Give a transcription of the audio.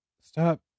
stop